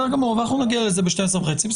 נגיע לזה ב-11:30.